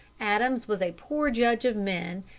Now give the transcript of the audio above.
adams was a poor judge of men,